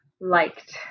liked